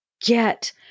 get